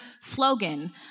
slogan